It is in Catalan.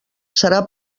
serà